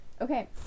okay